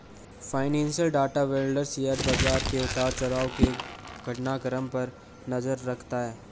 financial data vendor share बाजार के उतार चढ़ाव के घटनाक्रम पर नजर रखता है